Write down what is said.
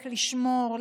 לשמור,